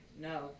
no